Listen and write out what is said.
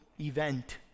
event